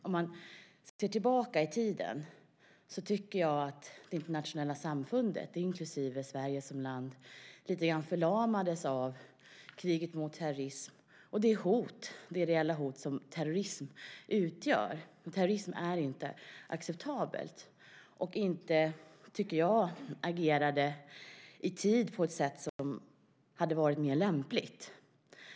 Om vi ser tillbaka i tiden tycker jag att det internationella samfundet, inklusive Sverige som land, lite grann förlamades av kriget mot terrorism och det reella hot som terrorism utgör - terrorism är inte acceptabelt - och inte agerade i tid på ett sätt som hade varit mer lämpligt.